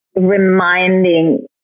reminding